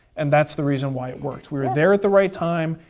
and that's the reason why it worked. we were there at the right time.